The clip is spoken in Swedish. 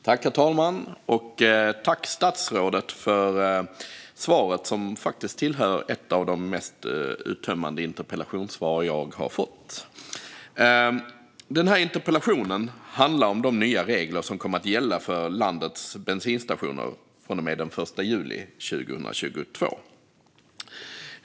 Herr talman! Tack, statsrådet, för svaret! Det är faktiskt ett av de mest uttömmande interpellationssvar jag fått. Den här interpellationen handlar om de nya regler som kommer att gälla för landets bensinstationer från och med den 1 juli 2022.